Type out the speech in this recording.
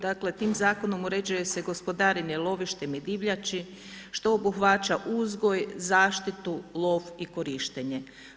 Dakle tim zakonom uređuje se gospodarenje lovištem i divljači, što obuhvaća uzgoj, zaštitu, lov i korištenje.